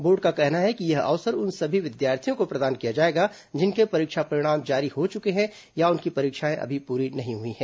board का कहना है कि यह अवसर उन सभी विद्यार्थियों को प्रदान किया जाएगा जिनके परीक्षा परिणाम जारी हो चुके हैं या उनकी परीक्षाएं अभी पूरी नहीं हुई हैं